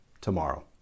tomorrow